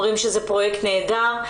אומרים שזה פרויקט נהדר,